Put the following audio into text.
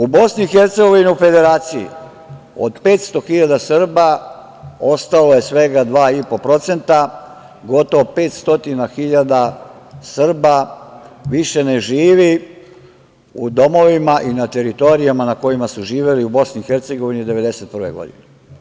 U BiH i Federaciji, od 500 hiljada Srba ostalo je svega 2,5%, gotovo 500 hiljada Srba više ne živi u domovima i na teritorijama u kojima su živeli u BiH od 1991. godine.